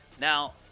Now